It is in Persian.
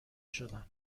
شدن